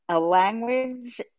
language